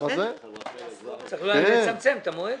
צריך לצמצם את המועד.